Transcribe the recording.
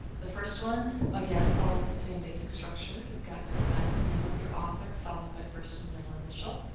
the first one again, follows the same basic structure. you've got your last name of your author followed by first and middle initial.